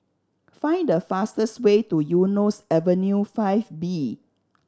find the fastest way to Eunos Avenue Five B